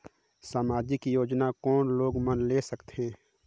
समाजिक योजना कोन लोग मन ले सकथे?